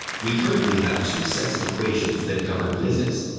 we currently have two sets of equations that govern physics.